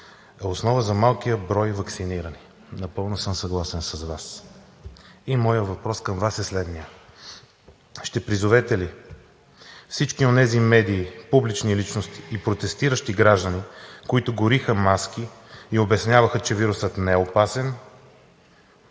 основа за малкия брой ваксинирани. Напълно съм съгласен с Вас. И моят въпрос към Вас е следният: ще призовете ли всички онези медии, публични личности и протестиращи граждани, които гориха маски и обясняваха, че вирусът не е опасен,